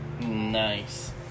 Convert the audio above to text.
Nice